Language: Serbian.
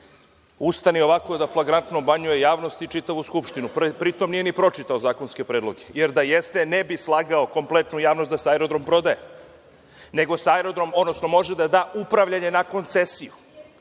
ustane i ovako da fraglantno obmanjuje javnost i čitavu Skupštinu, a pri tom nije ni pročitao zakonske predloge, jer da jeste ne bi slagao kompletnu javnost da se aerodrom prodaje, nego se aerodrom, odnosno može da da upravljanje na koncesiju.(Marija